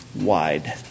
wide